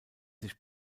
sich